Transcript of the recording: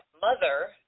mother